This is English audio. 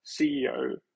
ceo